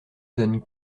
donne